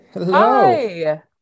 Hi